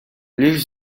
лишь